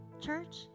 church